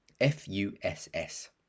F-U-S-S